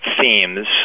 themes